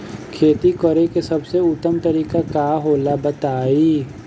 खेती करे के सबसे उत्तम तरीका का होला बताई?